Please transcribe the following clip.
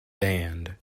band